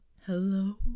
Hello